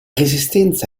resistenza